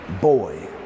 boy